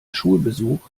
schulbesuch